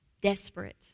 desperate